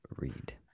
read